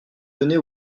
donnez